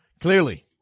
Clearly